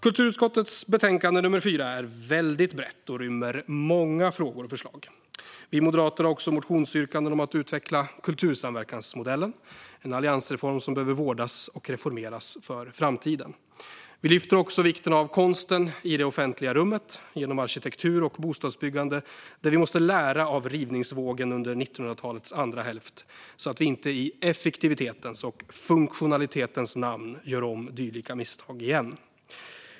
Kulturutskottets betänkande nummer 4 är väldigt brett och rymmer många frågor och förslag. Vi moderater har också motionsyrkanden om att utveckla kultursamverkansmodellen, en alliansreform som behöver vårdas och reformeras för framtiden. Vi lyfter fram vikten av konsten i det offentliga rummet genom arkitektur och bostadsbyggande, där vi måste lära av rivningsvågen under 1900-talets andra hälft så att vi inte i effektivitetens och funktionalitetens namn gör om dylika misstag.